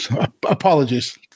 Apologies